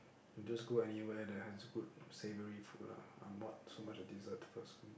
I'll just go anywhere that has good savory food lah I'm not so much a dessert person